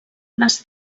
les